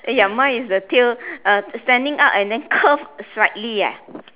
ya mine is the tail uh standing up and then curve slightly ah